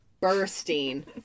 bursting